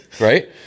right